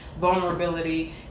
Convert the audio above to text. vulnerability